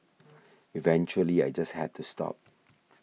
eventually I just had to stop